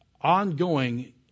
ongoing